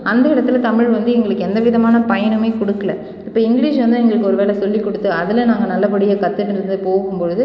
அந்த இடத்துல தமிழ் வந்து எங்களுக்கு எந்த விதமான பயனுமே கொடுக்கல இப்போ இங்கிலீஷ் வந்து எங்களுக்கு ஒருவேளை சொல்லி கொடுத்து அதில் நாங்கள் நல்லபடியாக கற்றுட்டுருந்து போகும்பொழுது